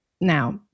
now